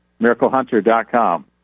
miraclehunter.com